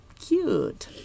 Cute